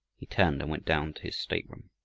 he turned and went down to his stateroom.